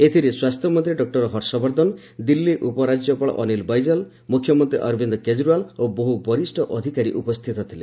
ଏଥିରେ ସ୍ୱାସ୍ଥ୍ୟମନ୍ତ୍ରୀ ଡକ୍କର ହର୍ଷବର୍ଦ୍ଧନ ଦିଲ୍ଲୀ ଉପରାଜ୍ୟପାଳ ଅନୀଲ ବୈଜଲ ମୁଖ୍ୟମନ୍ତ୍ରୀ ଅରବିନ୍ଦ କେଜିରିଓ୍ବାଲ ଓ ବହୁ ବରିଷ୍ଠ ଅଧିକାରୀ ଉପସ୍ଥିତ ଥିଲେ